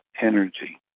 energy